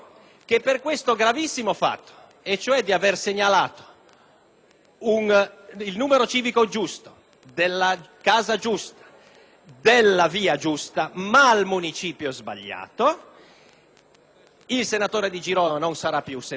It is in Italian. il numero civico giusto, della via giusta e della casa giusta ma al municipio sbagliato - il senatore Di Girolamo non sarà più senatore e sarà soggetto all'arresto,